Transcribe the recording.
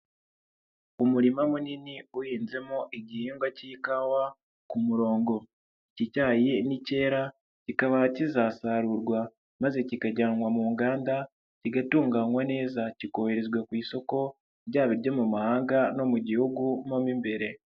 Umurima munini uhinzemo igihingwa cy'ikawa ku murongo. iki cyai ni cyera kikaba kizasarurwa maze kikajyanwa mu nganda kigatunganywa neza, kikoherezwa ku isoko ryayo mu mahanga no mu gihugu mo imbere.